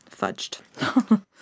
fudged